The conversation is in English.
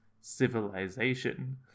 civilization